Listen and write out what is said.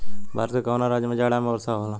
भारत के कवना राज्य में जाड़ा में वर्षा होला?